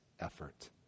effort